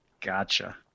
Gotcha